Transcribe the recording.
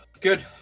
good